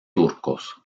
turcos